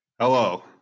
hello